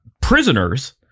prisoners